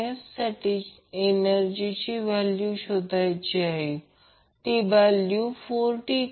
आता समजा हे I Imsinωt हे AC क्वांटिटी आहे